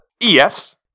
Yes